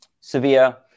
Sevilla